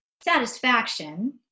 satisfaction